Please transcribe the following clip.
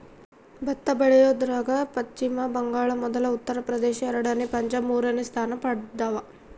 ಭತ್ತ ಬೆಳಿಯೋದ್ರಾಗ ಪಚ್ಚಿಮ ಬಂಗಾಳ ಮೊದಲ ಉತ್ತರ ಪ್ರದೇಶ ಎರಡನೇ ಪಂಜಾಬ್ ಮೂರನೇ ಸ್ಥಾನ ಪಡ್ದವ